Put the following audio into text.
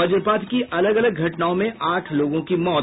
वज्रपात की अलग अलग घटनाओं में आठ लोगों की मौत